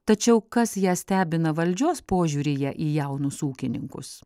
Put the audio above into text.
tačiau kas ją stebina valdžios požiūryje į jaunus ūkininkus